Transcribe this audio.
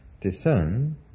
discern